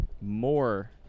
more